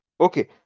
Okay